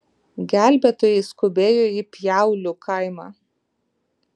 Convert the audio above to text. gelbėtojai skubėjo į pjaulių kaimą